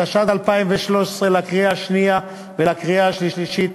התשע"ד 2013, לקריאה השנייה ולקריאה השלישית.